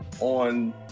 on